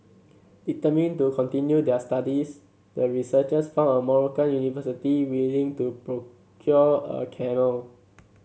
determined to continue their studies the researchers found a Moroccan university willing to procure a camel